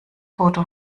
tote